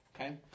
okay